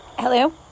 Hello